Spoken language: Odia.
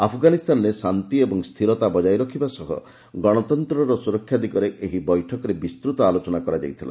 ଆଫଗାନିସ୍ଥାନରେ ଶାନ୍ତି ଏବଂ ସ୍ଥିରତା ବଜାୟ ରଖିବା ସହ ଗଣତନ୍ତ୍ରର ସୁରକ୍ଷା ଦିଗରେ ଏହି ବୈଠକରେ ବିସ୍ତୃତ ଆଲୋଚନା କରାଯାଇଥିଲା